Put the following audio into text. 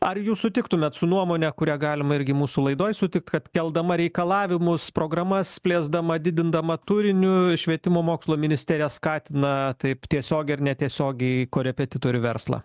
ar jūs sutiktumėt su nuomone kurią galima irgi mūsų laidoj sutik kad keldama reikalavimus programas plėsdama didindama turiniu švietimo mokslo ministerija skatina taip tiesiogiai ar netiesiogiai korepetitorių verslą